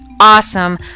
awesome